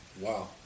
wow